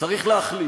צריך להחליט